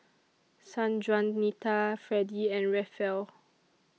Sanjuanita Freddy and Rafael